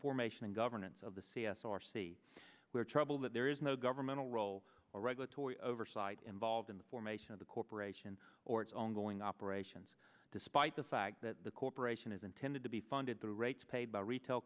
formation and governance of the c s r see where trouble that there is no governmental role or regulatory oversight involved in the formation of the corporation or its ongoing operations despite the fact that the corporation is intended to be funded through rates paid by retail